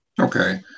Okay